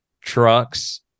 trucks